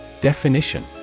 Definition